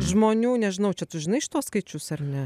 žmonių nežinau čia tu žinai šituos skaičius ar ne